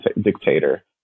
Dictator